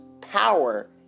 power